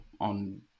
on